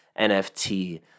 NFT